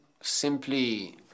simply